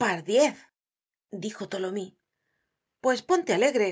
pardiez dijo tholomyes pues ponte alegre